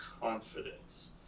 confidence